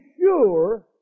sure